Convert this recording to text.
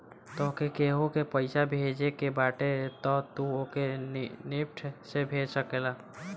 तोहके केहू के पईसा भेजे के बाटे तअ तू ओके निफ्ट से भेज सकेला